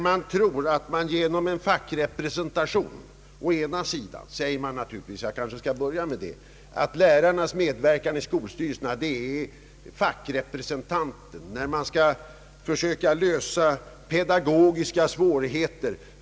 Å ena sidan har man sagt att lärarnas medverkan i skolstyrelserna i egenskap av fackrepresentanter är bra när man skall försöka lösa pedagogiska svårigheter.